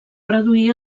reduir